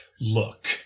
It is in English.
look